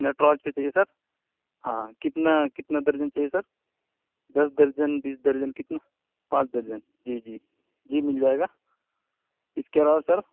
نٹراج کا چاہیے سر ہاں کتنا کتنا درجن چاہیے سر دس درجن بیس درجن کتنا پانچ درجن جی جی جی مل جائے گا اس کے علاوہ سر